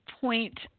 point